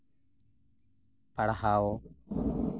ᱯᱟᱲᱦᱟᱣ